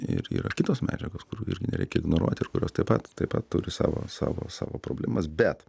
ir yra kitos medžiagos kurių irgi nereikia ignoruot ir kurios taip pat taip pat turi savo savo savo problemas bet